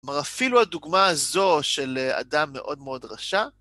זאת אומרת, אפילו הדוגמה הזו של אדם מאוד מאוד רשע